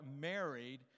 married